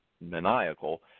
maniacal